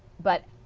but,